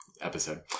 episode